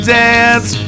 dance